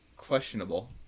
Questionable